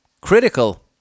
critical